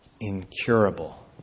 incurable